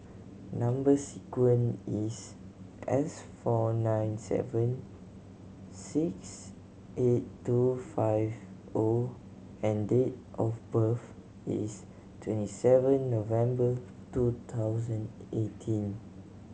number sequence is S four nine seven six eight two five O and date of birth is twenty seven November two thousand eighteen